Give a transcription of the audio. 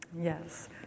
Yes